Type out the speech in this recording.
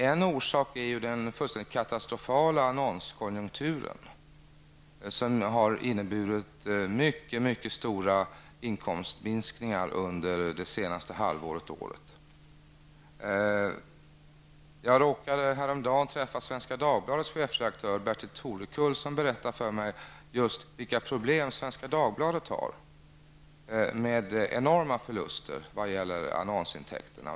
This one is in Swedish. En orsak är den katastrofala annonskonjukturen, som har inneburit mycket stora inkomstminskningar under det senaste året. Jag råkade häromdagen träffa Svenska Dagbladets chefredaktör, Bertil Torekull, som berättade för mig vilka problem Svenska Dagbladet har med enorma bortfall av annonsintäkter.